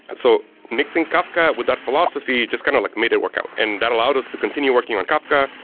and so mixing kafka with that philosophy just kind of like made it work out, and that allowed us to continue working on kafka.